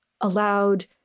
allowed